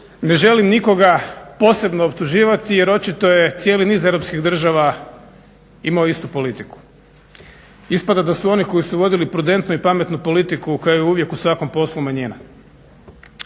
ne želim nikoga posebno optuživati jer očito je cijeli niz europskih država imao istu politiku. Ispada da su oni koji su vodili prudentno i pametno politiku, kao i uvijek u svakom poslu manjina.